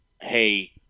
hey